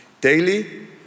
daily